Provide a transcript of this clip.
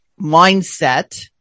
mindset